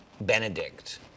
Benedict